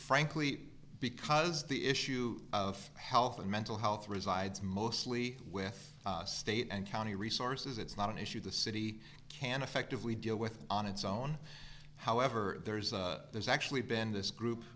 frankly because the issue of health and mental health resides mostly with state and county resources it's not an issue the city can effectively deal with on its own however there's a there's actually been this group